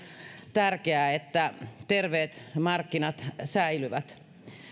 tärkeää että terveet markkinat säilyvät